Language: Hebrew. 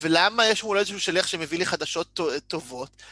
ולמה יש פעולות איזשהו שלך שמביא לי חדשות טובות?